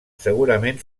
segurament